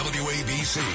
wabc